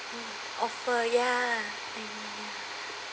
offer ya and ya